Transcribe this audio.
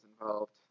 involved